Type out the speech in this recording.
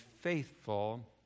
faithful